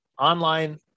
online